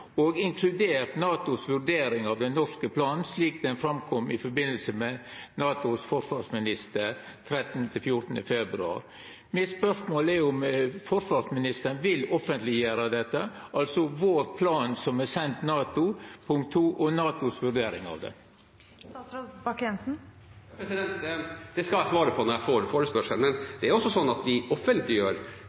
2-prosentmål, inkludert NATOs vurdering av den norske planen, slik han kom fram i samband med NATOs forsvarsministermøte 13.–14. februar i fjor. Mitt spørsmål er om forsvarsministeren vil offentleggjera planen vår som er send NATO, og – punkt 2 – NATOs vurdering av han? Det skal jeg svare på når jeg får forespørselen, men det er også sånn at vi offentliggjør